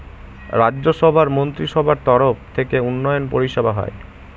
রাজ্য সভার মন্ত্রীসভার তরফ থেকে উন্নয়ন পরিষেবা হয়